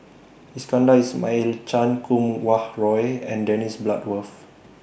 Iskandar Ismail Chan Kum Wah Roy and Dennis Bloodworth